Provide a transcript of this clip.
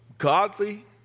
Godly